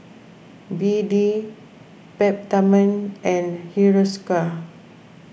B D Peptamen and Hiruscar